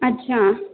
अच्छा